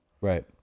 Right